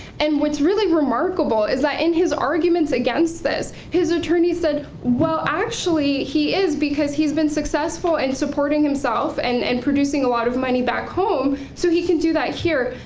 and what's really remarkable is that in his arguments against this, his attorney said well actually he is because he's been successful in and supporting himself and and producing a lot of money back home, so he can do that here,